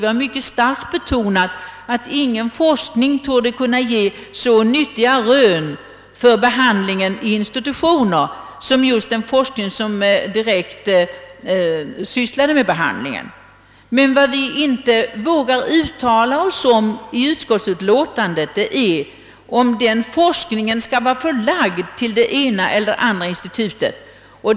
Vi har mycket starkt betonat, att ingen forskning torde kunna ge så nyttiga rön för behandlingen i institutioner som just den forskning som direkt sysslade med behandlingen. Vad vi däremot inte vågar uttala oss om i utskottsutlåtandet är, om den forskningen skall vara förlagd till det ena eller andra institutet.